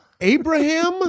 Abraham